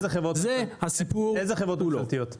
איזה חברות ממשלתיות?